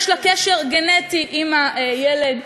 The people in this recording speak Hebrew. יש לה קשר גנטי עם הילד,